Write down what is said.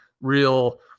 real